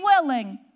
willing